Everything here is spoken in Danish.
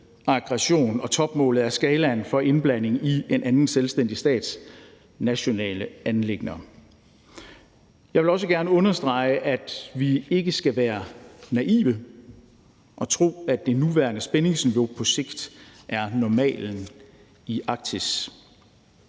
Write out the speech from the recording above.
aggression og topmålet af skalaen i forhold til indblanding i en anden selvstændig stats nationale anliggender. Jeg vil også gerne understrege, at vi ikke skal være naive og tro, at det nuværende spændingsniveau på sigt er normalen i Arktis.